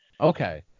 Okay